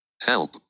Help